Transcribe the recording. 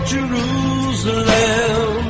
Jerusalem